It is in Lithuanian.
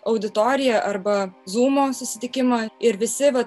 auditoriją arba zūmo susitikimą ir visi va